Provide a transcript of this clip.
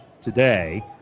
today